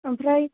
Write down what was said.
ओमफ्राय